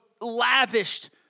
Lavished